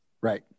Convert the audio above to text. Right